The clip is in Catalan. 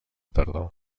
tardor